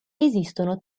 esistono